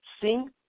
sing